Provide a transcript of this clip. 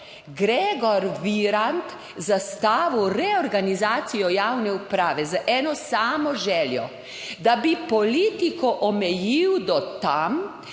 Gregor Virant, zastavil reorganizacijo javne uprave z eno samo željo, da bi politiko omejil do tam,